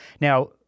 Now